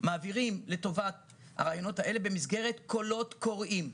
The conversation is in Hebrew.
מעבירים לטובת הרעיונות האלה במסגרת קולות קוראים,